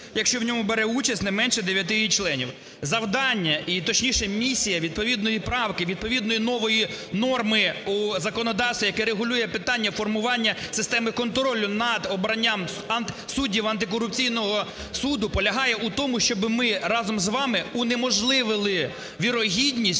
якщо в ньому бере участь не менше 9 її членів". Завдання і, точніше, місія відповідної правки, відповідної нової норми у законодавстві, яке регулює питання формування системи контролю над обранням суддів антикорупційного суду, полягає в тому, щоб ми разом з вами унеможливили вірогідність